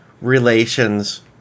relations